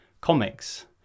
comics